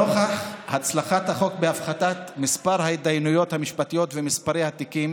נוכח הצלחת החוק בהפחתת ההתדיינויות המשפטיות ומספר התיקים